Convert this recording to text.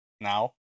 now